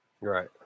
Right